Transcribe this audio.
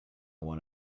one